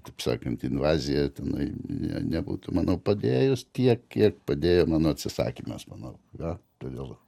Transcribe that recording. kaip sakant invazija tenai ne nebūtų manau padėjus tiek kiek padėjo mano atsisakymas manau gal todėl